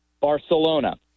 Barcelona